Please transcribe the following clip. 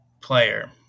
player